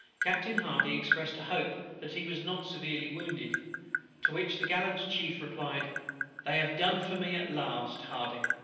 captain hardy expressed a hope that he was not severely wounded to which the gallant chief replied they have done for me at last, hardy.